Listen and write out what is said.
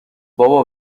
بابا